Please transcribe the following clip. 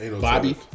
Bobby